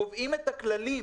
קובעים את הכללים.